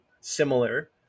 similar